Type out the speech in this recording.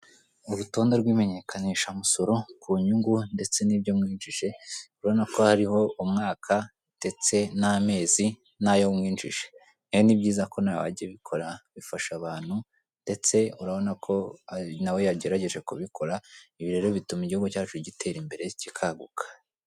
Urutonde rw'imenyekanishamusoro ku nyungu, ndetse n'ibyo mwinjije, urabona ko hariho umwanda ndetse n'amezi, n'ayo mwinjije. Rero ni byiza ko nawe wajya ubikora bifasha abantu ndetse urabona ko na we yagerageje kubikora, ibi rero bituma igihugu cyacu gitera imbere, kikaguka.